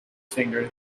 finger